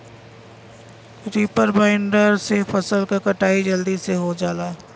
reaper binder से फसल क कटाई जलदी से हो जाला